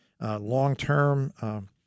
long-term